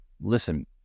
listen